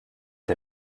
der